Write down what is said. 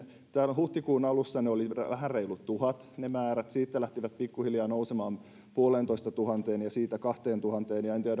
huhtikuun alussa ne määrät olivat vähän reilu tuhat siitä lähtivät pikkuhiljaa nousemaan puoleentoistatuhanteen ja siitä kahteentuhanteen